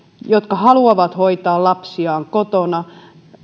jotka haluavat hoitaa lapsiaan kotona